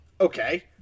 Okay